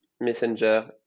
Messenger